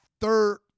third